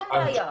שום בעיה.